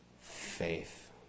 faith